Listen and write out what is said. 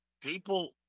people